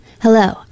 Hello